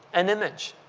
an image,